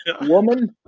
Woman